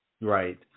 right